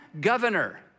governor